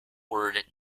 word